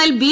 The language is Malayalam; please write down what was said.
എന്നാൽ ബി